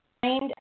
find